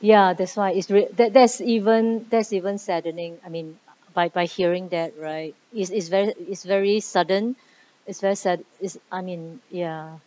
ya that's why it's real~ that that's even that's even saddening I mean by by hearing that right it's it's very it's very sudden it's very sad it's I mean ya